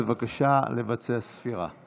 בבקשה לבצע ספירה.